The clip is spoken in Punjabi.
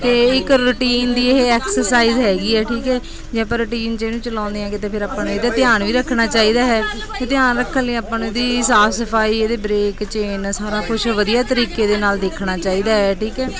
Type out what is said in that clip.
ਅਤੇ ਇੱਕ ਰੂਟੀਨ ਦੀ ਇਹ ਐਕਸਰਸਾਈਜ਼ ਹੈਗੀ ਹੈ ਠੀਕ ਹੈ ਜੇ ਆਪਾਂ ਰੂਟੀਨ 'ਚ ਇਹਨੂੰ ਚਲਾਉਂਦੇ ਹੈਗੇ ਤਾਂ ਫਿਰ ਆਪਾਂ ਨੂੰ ਇਹਦਾ ਧਿਆਨ ਵੀ ਰੱਖਣਾ ਚਾਹੀਦਾ ਹੈ ਅਤੇ ਧਿਆਨ ਰੱਖਣ ਲਈ ਆਪਾਂ ਨੂੰ ਇਹਦੀ ਸਾਫ ਸਫਾਈ ਇਹਦੇ ਬਰੇਕ ਚੇਨ ਸਾਰਾ ਕੁਛ ਵਧੀਆ ਤਰੀਕੇ ਦੇ ਨਾਲ ਦੇਖਣਾ ਚਾਹੀਦਾ ਹੈ ਠੀਕ ਹੈ